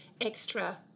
extra